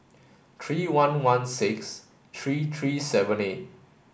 three one one six three three seven eight